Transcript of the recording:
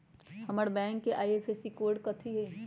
हमर बैंक के IFSC code कथि हई?